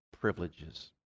privileges